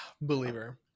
believer